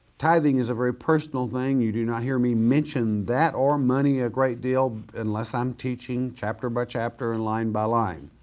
tithing is a very personal thing, you do not hear me mention that or money a great deal unless i'm teaching chapter by chapter and line by line,